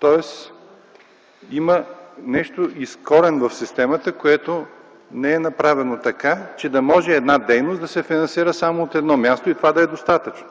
Тоест има нещо из корен в системата, което не е направено така, че да може една дейност да се финансира само от едно място и това да е достатъчно.